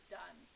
done